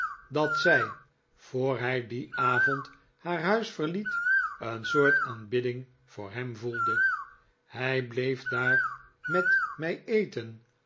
dat zij voor hij dien avoiid haar huis verliet een soort aanbidding voor hem voelde hij bleef daar met mij eten